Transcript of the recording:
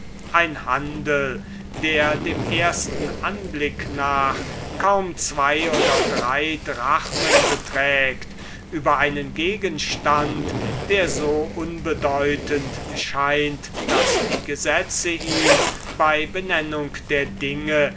ein handel der dem ersten anblick nach kaum zwo oder drei drachmen beträgt ein handel über einen gegenstand der so unbedeutend scheint daß die gesetze ihn bei benennung der dinge